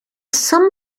some